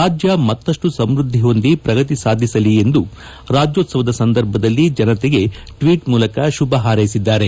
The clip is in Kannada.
ರಾಜ್ಯ ಮತ್ತಷ್ಟು ಸಮೃದ್ಧಿ ಹೊಂದಿ ಪ್ರಗತಿ ಸಾಧಿಸಲಿ ಎಂದು ರಾಜ್ಯೋತ್ತವದ ಸಂದರ್ಭದಲ್ಲಿ ಜನತೆಗೆ ಟ್ವೀಟ್ ಮೂಲಕ ಶುಭ ಹಾರೈಸಿದ್ದಾರೆ